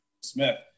Smith